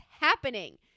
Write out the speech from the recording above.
happening